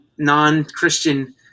non-Christian